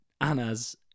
Anna's